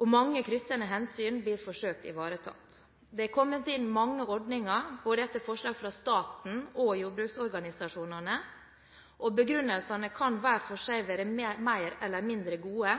Mange kryssende hensyn blir forsøkt ivaretatt. Det er kommet inn mange ordninger, både etter forslag fra staten og fra jordbruksorganisasjonene. Begrunnelsene kan hver for seg være mer eller mindre gode